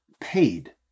paid